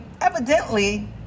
Evidently